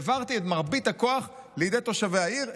העברתי את מרבית הכוח לידי תושבי העיר,